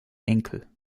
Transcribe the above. enkel